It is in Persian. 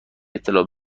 اطلاع